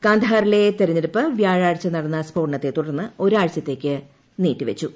കാണ്ഡഹാറിലെ തെരഞ്ഞെടുപ്പ് വ്യാഴാഴ്ച നടന്ന സ്ഫോടനത്തെ തുടർന്ന് ഒരാഴ്ചത്തേക്ക് നീട്ടി വച്ചു